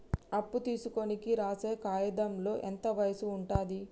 అప్పు తీసుకోనికి రాసే కాయితంలో ఎంత వయసు ఉంటది?